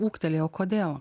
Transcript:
ūgtelėjo kodėl